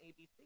ABC